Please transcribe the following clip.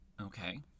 Okay